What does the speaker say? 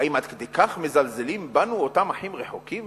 האם עד כדי כך מזלזלים בנו אותם אחים רחוקים?